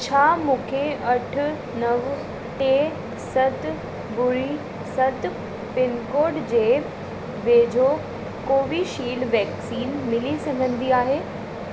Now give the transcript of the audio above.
छा मूंखे अठ नव टे सत ॿुड़ी सत पिनकोड जे वेझो कोवीशील्ड वैक्सीन मिली सघंदी आहे